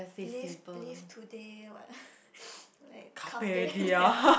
live live today what like carpe diem